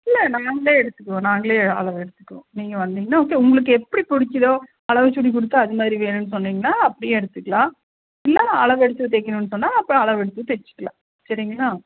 இல்லை நாங்கள் எடுத்துக்குவோம் நாங்கள் அளவு எடுத்துக்குவோம் நீங்கள் வந்தீங்கன்னா ஓகே உங்களுக்கு எப்படி பிடிக்கிதோ அளவு சுடி கொடுத்தா அது மாரி வேணும்னு சொன்னீங்கனா அப்படியே எடுத்துக்கலாம் இல்லை அளவு எடுத்து தைக்கிணுன்னு சொன்னால் அப்புறம் அளவு எடுத்தும் தைச்சிக்கலாம் சரிங்களா